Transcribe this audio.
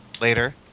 later